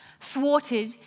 thwarted